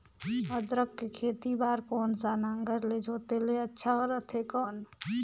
अदरक के खेती बार कोन सा नागर ले जोते ले अच्छा रथे कौन?